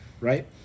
right